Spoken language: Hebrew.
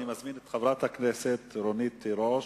אני מזמין את חברת הכנסת רונית תירוש.